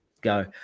go